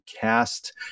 cast